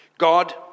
God